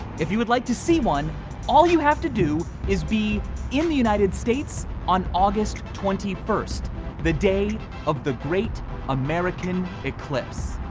if you would like to see one all you have to do is be in the united states on august twenty first the day of the great american eclipse.